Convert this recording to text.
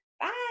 bye